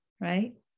right